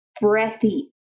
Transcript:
breathy